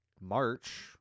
March